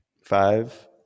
Five